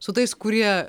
su tais kurie